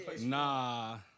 Nah